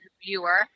viewer